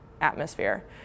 atmosphere